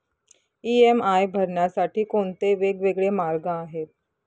EMI भरण्यासाठी कोणते वेगवेगळे मार्ग आहेत?